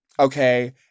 Okay